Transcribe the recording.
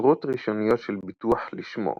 צורות ראשוניות של ביטוח לשמו,